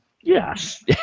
Yes